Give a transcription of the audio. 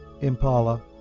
impala